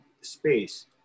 space